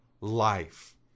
life